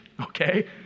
okay